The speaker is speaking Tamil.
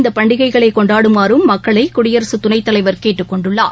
இந்தப் பண்டிககைகளை கொண்டாடுமாறும் மக்களை குடியரசுத் துணைத் தலைவர் கேட்டுக் கொண்டுள்ளார்